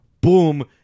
boom